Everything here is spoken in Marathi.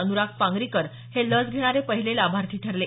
अन्राग पांगरीकर हे लस घेणारे पहिले लाभार्थी ठरले